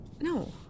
No